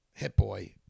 Hitboy